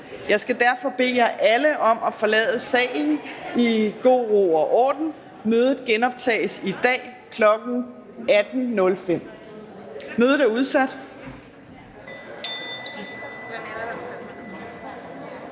Jeg skal derfor bede alle om at forlade salen i god ro og orden. Mødet genoptages i dag kl. 18.05. Mødet er udsat.